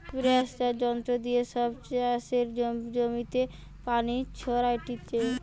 স্প্রেযাঁর যন্ত্র দিয়ে সব চাষের জমিতে পানি ছোরাটিছে